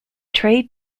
trade